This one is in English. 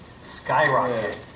skyrocket